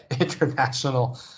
international